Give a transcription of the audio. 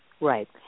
Right